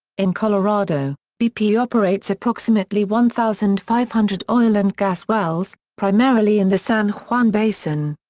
in colorado, bp operates approximately one thousand five hundred oil and gas wells, primarily in the san juan basin.